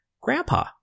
Grandpa